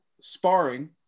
sparring